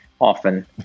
often